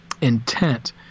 intent